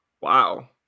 Wow